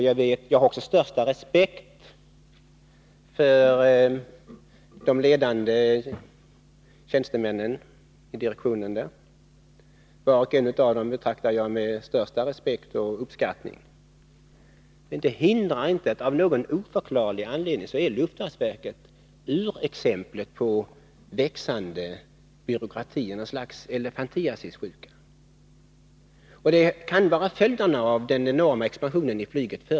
Jag har den största respekt för de ledande tjänstemännen i direktionen. Men det hindrar inte att jag tycker att luftfartsverket är typexemplet på en växande byråkrati, ett offer för ett slags elefantiasis. Det kan vara följden av den tidigare enorma expansionen av flyget.